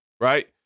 right